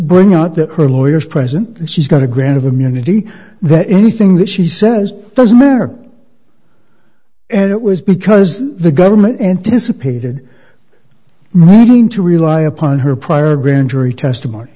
bring out that her lawyers present and she's got a grant of immunity that anything that she says doesn't matter and it was because the government anticipated moving to rely upon her prior grand jury testimony